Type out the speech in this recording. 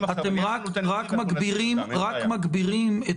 עכשיו --- אתם רק מגבירים ----- אין בעיה.